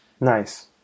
nice